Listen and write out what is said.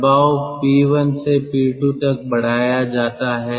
दबाव P1 से P2 तक बढ़ाया जाता है